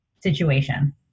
situation